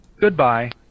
Goodbye